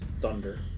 thunder